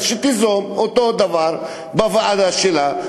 אז שתיזום אותו דבר בוועדה שלה,